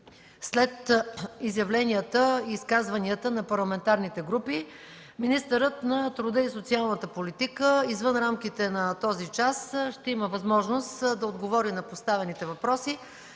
След изявленията и изказванията на парламентарните групи министърът на труда и социалната политика, извън рамките на този час, ще има възможност да отговори на поставените въпроси